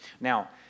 Now